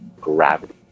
gravity